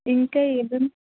ఇంకా